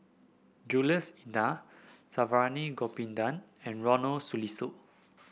Jules Itier Saravanan Gopinathan and Ronald Susilo